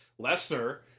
Lesnar